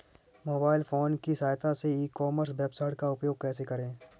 Mobile phone की सहायता से ई कॉमर्स वेबसाइट का उपयोग कैसे करें?